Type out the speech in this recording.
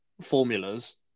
formulas